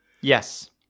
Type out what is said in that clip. yes